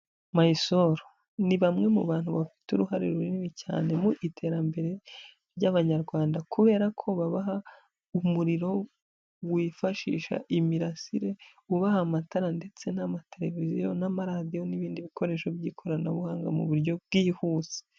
Mysol, ni bamwe mu bantu bafite uruhare runini cyane mu iterambere ry'Abanyarwanda, kubera ko babaha umuriro wifashisha imirasire, ubaha amatara ndetse n'amatereviziyo n'amaradiyo n'ibindi bikoresho by'ikoranabuhanga mu buryo bwihuse.